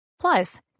Plus